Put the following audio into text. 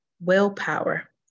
willpower